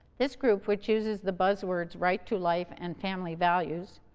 this group, which uses the buzzwords right to life and family values,